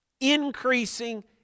increasing